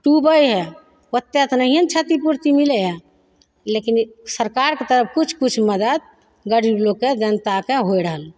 डूबय हइ ओते तऽ नहिये ने क्षतिपूर्ति मिलय हइ लेकिन सरकारके तऽ किछु किछु मदद गरीब लोगके जनताके होइ रहलय